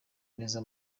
neza